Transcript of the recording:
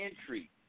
entry